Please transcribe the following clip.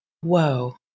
Whoa